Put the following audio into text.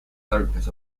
darkness